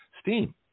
Steam